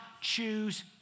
choose